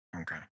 okay